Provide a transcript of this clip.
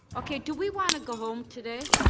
okay do we want to go home today.